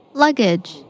luggage